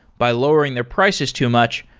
by lowering their prices too much,